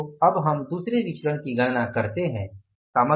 तो हम दूसरे विचरण की गणना करते हैं